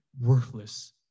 worthless